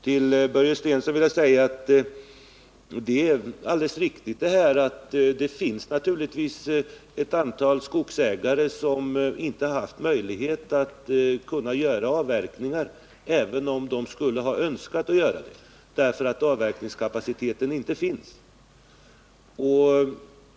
Till Börje Stensson vill jag säga att det är alldeles riktigt att det finns ett antal skogsägare som inte haft möjlighet att göra avverkningar, även om de skulle ha önskat göra det, därför att avverkningskapaciteten inte finns.